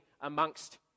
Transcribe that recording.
amongst